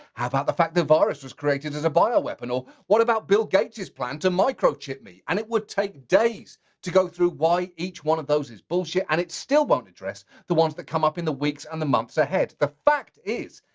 how about the fact the virus was created as a bioweapon, or, what about bill gates' plan to microchip me? and it would take days to go through why each one of those is bullshit, and it still won't address the ones that come up in the weeks and the months ahead. the fact is,